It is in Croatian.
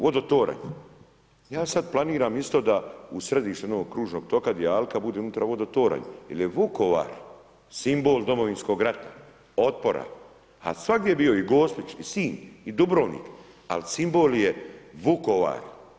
Vodotoranj, ja sam planiram isto da u središte novog kružnog toka gdje je Alka bude unutra vodotoranj jer je Vukovar simbol Domovinskog rata, otpora, a svagdje je bio i Gospić i Sinj i Dubrovnik, ali simbol je Vukovar.